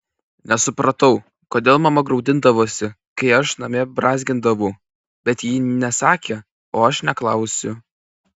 nesupratau kodėl mama graudindavosi kai aš namie brązgindavau bet ji nesakė o aš neklausiau